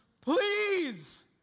please